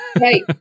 Right